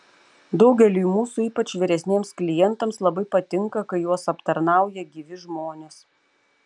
daugeliui mūsų ypač vyresniems klientams labai patinka kai juos aptarnauja gyvi žmonės